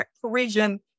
Parisian